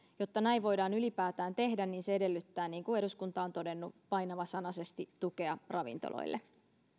jotta näin voidaan ylipäätään tehdä niin se edellyttää niin kuin eduskunta on todennut painavasanaisesti tukea ravintoloille